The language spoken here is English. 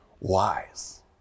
wise